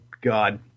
God